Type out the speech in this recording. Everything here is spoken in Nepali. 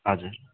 हजुर